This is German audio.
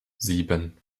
sieben